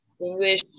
English